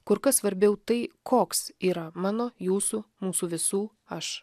kur kas svarbiau tai koks yra mano jūsų mūsų visų aš